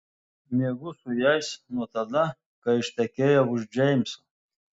miegu su jais nuo tada kai ištekėjau už džeimso